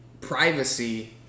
privacy